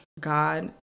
God